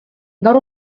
gaur